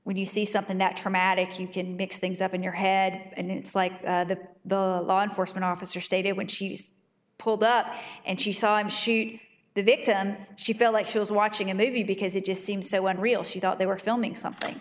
when you see something that traumatic you can mix things up in your head and it's like the law enforcement officer stated when she's pulled up and she saw him shoot the victim she felt like she was watching a movie because it just seems so unreal she thought they were filming something